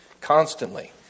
constantly